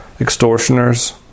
extortioners